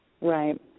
Right